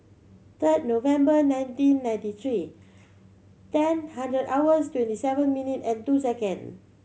third November nineteen ninety three ten hundred hours twenty seven minute and two second